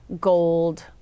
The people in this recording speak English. gold